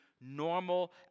normal